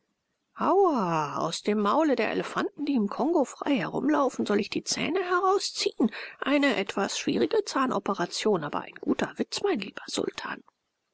au aus dem maule der elefanten die im kongo frei herumlaufen soll ich die zähne herausziehen eine etwas schwierige zahnoperation aber ein guter witz mein lieber sultan